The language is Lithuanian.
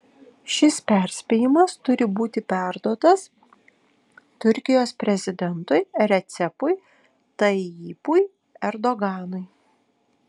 šis perspėjimas turi būti perduotas turkijos prezidentui recepui tayyipui erdoganui